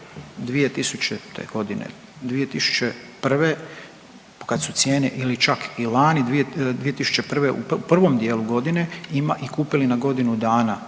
2000.g. 2001. kad su cijene ili čak i lani 2001. u prvom dijelu godine ima i kupili na godinu dana.